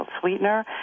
sweetener